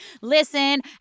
listen